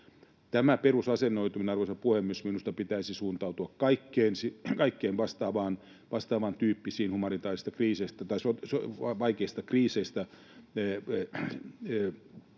Tällä perusasennoitumisella, arvoisa puhemies, minusta pitäisi suuntautua kaikkeen vastaavantyyppiseen, vaikeista kriiseistä